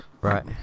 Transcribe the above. right